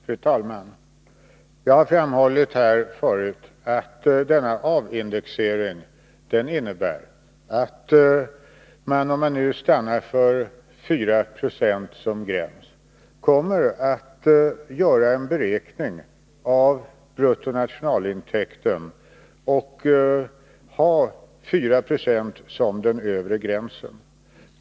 Fru talman! Jag framhöll tidigare att avindexeringen innebär att man — om man nu stannar för 4 76 som gräns för inflationen — kommer att göra en beräkning av bruttonationalintäkten där man har 4 90 som den övre gränsen.